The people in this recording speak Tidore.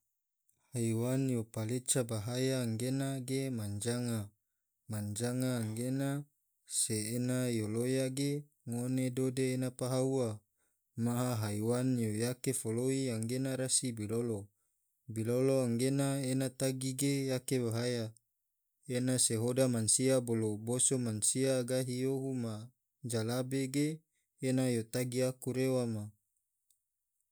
Haiwan yo paleca bahaya anggena na ge manjanga, manjangan anggena se ena yo loya ge ngone dode ena paha ua, maha haiwan yo yake foloi anggena rasi bilolo, bololo anggena ena tagi ge yake bahaya, ena se hoda masia bolo boso masia ge gahi yohu ma jalabe ge ena yo tagi aku rewa ma.